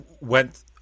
went